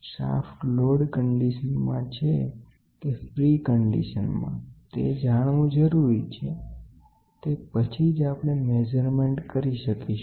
shaft load કન્ડીશનમાં છે કે ફ્રી કન્ડિશનમાં તે જાણવું જરૂરી છે તે પછી જ આપણે ટોર્સનલ માપન કરી શકીશું